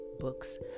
Books